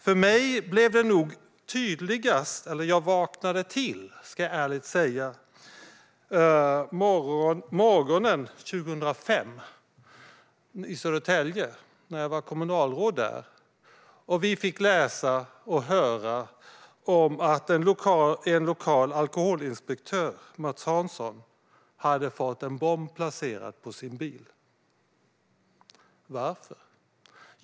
För mig blev det nog tydligast - eller jag vaknade till, ska jag ärligt säga - en morgon i Södertälje 2005, när jag var kommunalråd där, då vi fick läsa och höra om att en lokal alkoholinspektör, Mats Hansson, hade fått en bomb placerad på sin bil. Varför?